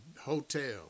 hotel